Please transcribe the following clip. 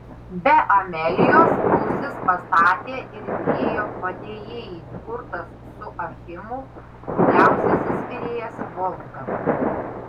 be amelijos ausis pastatė ir virėjo padėjėjai kurtas su achimu vyriausiasis virėjas volfgangas